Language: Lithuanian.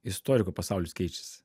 istorikų pasaulis keičiasi